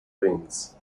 wings